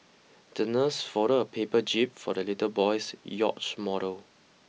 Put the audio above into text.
the nurse folded a paper jib for the little boy's yacht model